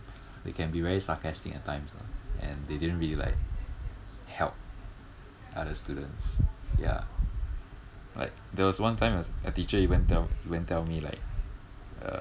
they can be very sarcastic at times lah and they didn't really like help other students ya like there was one time a a teacher even tell even tell me like uh